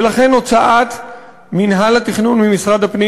ולכן הוצאת מינהל התכנון ממשרד הפנים